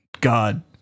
god